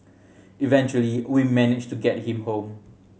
eventually we managed to get him home